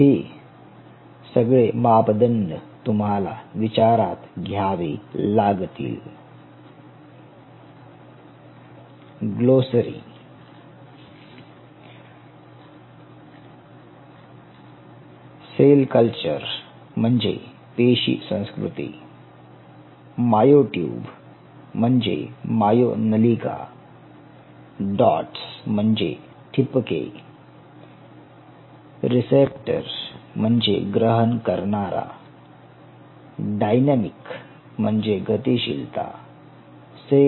हे सगळे मापदंड तुम्हाला विचारात घ्यावे लागतील